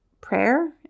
prayer